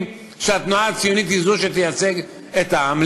שהתנועה הציונית היא זו שתייצג את העם.